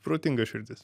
protinga širdis